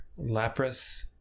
Lapras